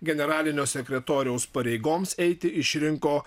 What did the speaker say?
generalinio sekretoriaus pareigoms eiti išrinko